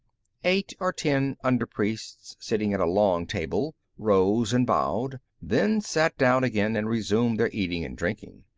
eight or ten under-priests, sitting at a long table, rose and bowed, then sat down again and resumed their eating and drinking.